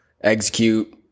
execute